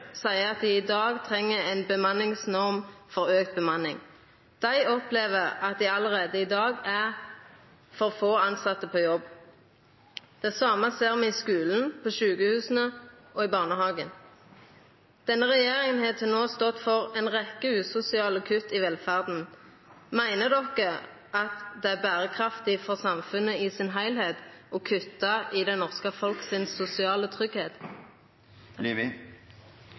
seier sjølve at dei i dag treng ei norm for auka bemanning. Dei opplever at dei allereie i dag er for få tilsette på jobb. Det same ser me i skulen, på sjukehusa og i barnehagen. Denne regjeringa har til no stått for ei rekkje usosiale kutt i velferda. Meiner de at det er berekraftig for samfunnet som heilskap å kutta i den sosiale tryggleiken til det norske folk? Absolutt ikke. Det er nettopp det at vi